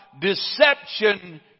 deception